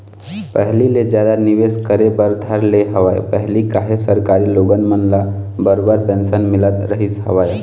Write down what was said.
पहिली ले जादा निवेश करे बर धर ले हवय पहिली काहे सरकारी लोगन मन ल बरोबर पेंशन मिलत रहिस हवय